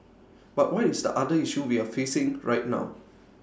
but what is the other issue we're facing right now